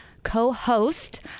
co-host